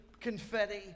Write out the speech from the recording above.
confetti